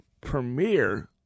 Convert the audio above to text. premiere